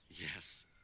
yes